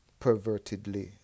Pervertedly